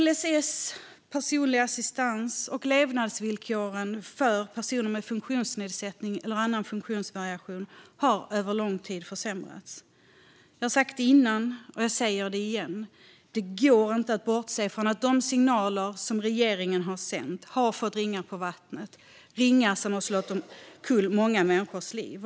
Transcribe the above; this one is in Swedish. LSS, personlig assistans och levnadsvillkoren för personer med funktionsnedsättning eller annan funktionsvariation har över lång tid försämrats. Jag har sagt det innan, och jag säger det igen: Det går inte att bortse från att de signaler som regeringen har sänt har fått ringar på vattnet, ringar som har slagit omkull många människors liv.